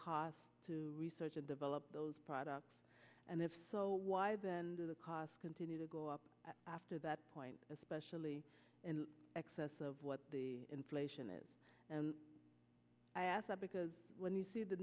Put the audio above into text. costs to research and develop those products and if so why then do the costs continue to go up after that point especially in excess of what the inflation is and i ask that because when you see the